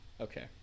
Okay